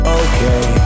okay